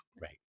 right